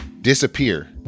disappear